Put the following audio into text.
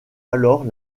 alors